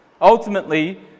Ultimately